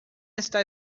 está